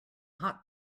hot